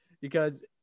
because-